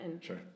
Sure